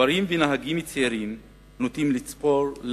שגברים ונהגים צעירים נוטים לצפור,